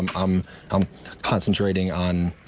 and um i'm concentrating on